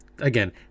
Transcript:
again